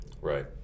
Right